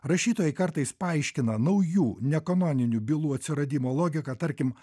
rašytojai kartais paaiškina naujų nekanoninių bylų atsiradimo logiką tarkim